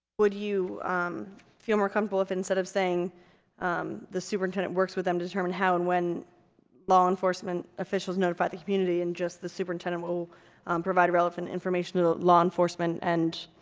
would you um feel more comfortable if instead of saying um the superintendent works with them to determine how and when law enforcement officials notify the community and just the superintendent will provide relevant information to law enforcement and